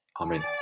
Amen